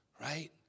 Right